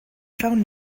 found